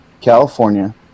California